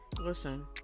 Listen